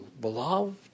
beloved